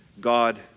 God